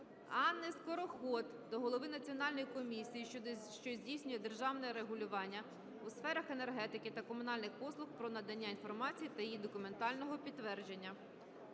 Анни Скороход до голови Національної комісії, що здійснює державне регулювання у сферах енергетики та комунальних послуг про надання інформації та її документального підтвердження.